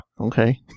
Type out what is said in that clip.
Okay